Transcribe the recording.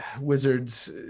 wizards